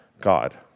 God